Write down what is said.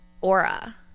aura